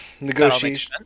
negotiations